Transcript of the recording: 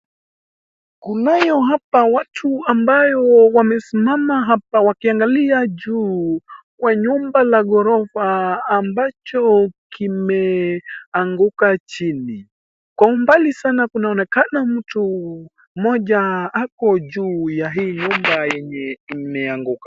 Kunayo hapa watu ambayo wamesimama hapa wakiangalia juu kwa nyumba la gorofa ambacho kimeanguka chini. Kwa umbali sana kunaonekana mtu mmoja ako juu ya hii nyumba yenye imeanguka.